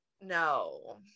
No